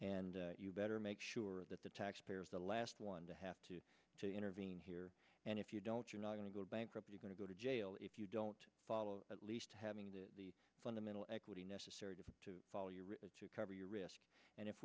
and you better make sure that the taxpayers the last one to have to to intervene here and if you don't you're not going to go bankrupt you're going to go to jail if you don't follow at least having the fundamental equity necessary to follow your to cover your risk and if